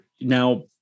now